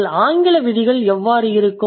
அதில் ஆங்கில விதிகள் எவ்வாறு இருக்கும்